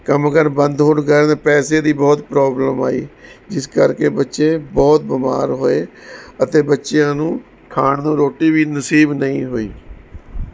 ਕੰਮ ਕਾਰ ਬੰਦ ਹੋਣ ਕਾਰਨ ਪੈਸੇ ਦੀ ਬਹੁਤ ਪ੍ਰੋਬਲਮ ਆਈ ਜਿਸ ਕਰਕੇ ਬੱਚੇ ਬਹੁਤ ਬਿਮਾਰ ਹੋਏ ਅਤੇ ਬੱਚਿਆਂ ਨੂੰ ਖਾਣ ਨੂੰ ਰੋਟੀ ਵੀ ਨਸੀਬ ਨਹੀਂ ਹੋਈ